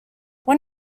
when